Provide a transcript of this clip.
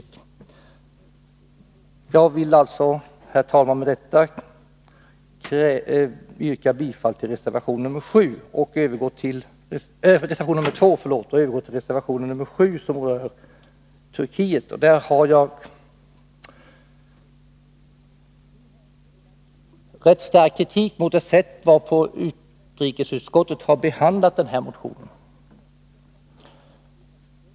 Jag vill alltså, herr talman, med detta yrka bifall till reservation 2. Jag övergår nu till reservation 7, som rör Turkiet. Jag vill rikta rätt stark kritik mot det sätt varpå utrikesutskottet har behandlat vpk:s motion i den här frågan.